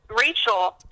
Rachel